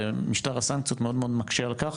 ומשטר הסנקציות מאוד מאוד מקשה על כך,